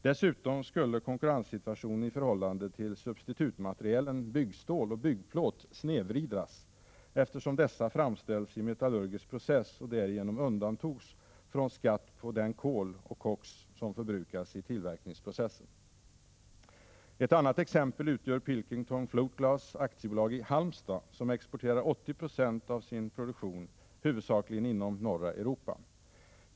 Dessutom skulle konkurrenssituationen i förhållande till substitutmaterielen byggstål och byggplåt snedvridas, eftersom dessa framställs i metallurgisk process och därigenom undantogs från skatt på den kol och koks som förbrukas i tillverkningsprocessen. Ett annat exempel utgör Pilkington Floatglas AB i Halmstad, som exporterar 80 20 av sin produktion huvudsakligen inom norra Europa.